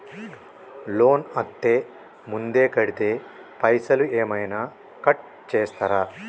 Loan అత్తే ముందే కడితే పైసలు ఏమైనా కట్ చేస్తరా?